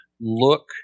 look